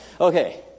Okay